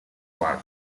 warp